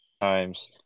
times